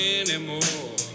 anymore